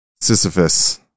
Sisyphus